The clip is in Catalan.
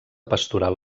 pastoral